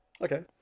okay